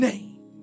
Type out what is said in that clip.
Name